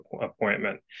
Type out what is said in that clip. appointment